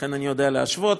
לכן אני יודע להשוות,